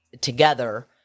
together